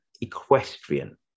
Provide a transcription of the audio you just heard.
equestrian